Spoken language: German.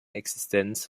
existenz